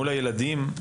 מול הילדים,